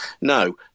No